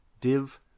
Div